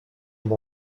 amb